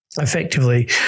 Effectively